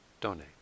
donate